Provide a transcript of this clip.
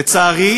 לצערי,